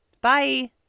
Bye